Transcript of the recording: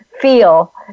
feel